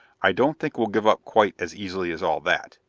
i don't think we'll give up quite as easily as all that.